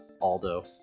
Aldo